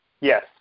Yes